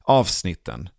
avsnitten